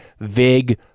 VIG